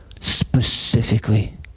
specifically